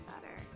better